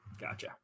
Gotcha